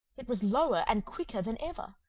it was lower and quicker than ever!